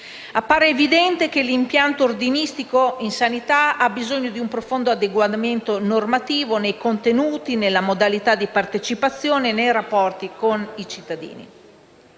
Appare evidente che l'impianto ordinistico in sanità ha bisogno di un profondo adeguamento normativo nei contenuti, nella modalità di partecipazione, nei rapporti con i cittadini.